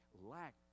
lack